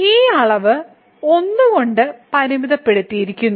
ഈ അളവ് 1 കൊണ്ട് പരിമിതപ്പെടുത്തിയിരിക്കുന്നു